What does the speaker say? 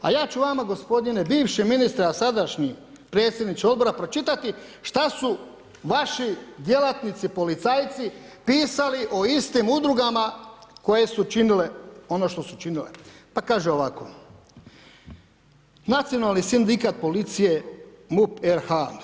A ja ću vama gospodine bivši ministre a sadašnji predsjedniče Odbora pročitati što su vaši djelatnici policajci pisali o istim udrugama koje su činile ono što su činile, pa kaže ovako: „Nacionalni sindikat policije, MUP RH.